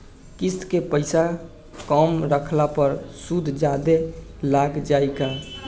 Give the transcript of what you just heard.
किश्त के पैसा कम रखला पर सूद जादे लाग जायी का?